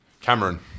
Cameron